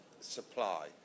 supply